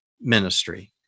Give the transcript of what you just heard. ministry